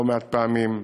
לא-מעט פעמים,